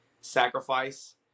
sacrifice